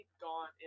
gone